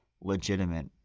legitimate